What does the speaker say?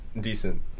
decent